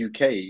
UK